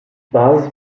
basis